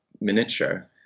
miniature